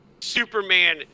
Superman